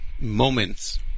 moments